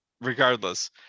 regardless